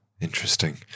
interesting